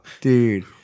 Dude